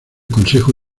consejo